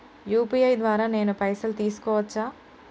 UPI ద్వారా నేను పైసలు తీసుకోవచ్చా?